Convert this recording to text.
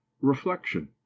reflection